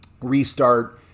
restart